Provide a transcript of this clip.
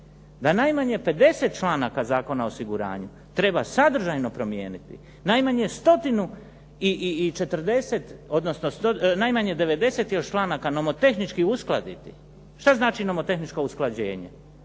da najmanje 50 članaka Zakona o osiguranju treba sadržajno promijeniti, najmanje 140, odnosno najmanje 90 još članaka nomotehnički uskladiti. Šta znači nomotehničko usklađenje?